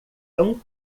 tão